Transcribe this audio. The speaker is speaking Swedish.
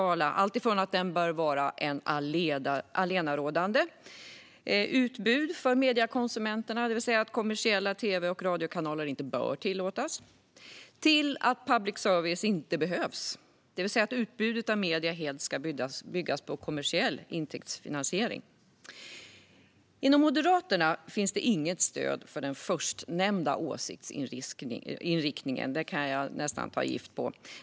Den sträcker sig alltifrån att public service bör vara det allenarådande utbudet för mediekonsumenterna, det vill säga att kommersiella tv och radiokanaler inte bör tillåtas, till att public service inte behövs, det vill säga att utbudet av medier helt ska bygga på kommersiell intäktsfinansiering. Inom Moderaterna finns det inget stöd för den förstnämnda åsiktsinriktningen. Det kan jag nästan ta gift på.